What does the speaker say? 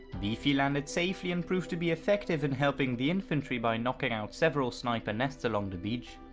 beefy landed safely and proved to be effective in helping the infantry by knocking out several sniper nests along the beach.